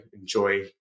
enjoy